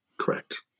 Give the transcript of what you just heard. correct